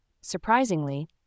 Surprisingly